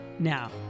Now